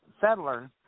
settlers